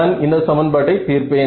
நான் இந்த சமன்பாட்டை தீர்ப்பேன்